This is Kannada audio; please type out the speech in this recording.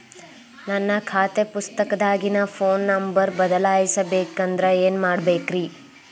ನನ್ನ ಖಾತೆ ಪುಸ್ತಕದಾಗಿನ ಫೋನ್ ನಂಬರ್ ಬದಲಾಯಿಸ ಬೇಕಂದ್ರ ಏನ್ ಮಾಡ ಬೇಕ್ರಿ?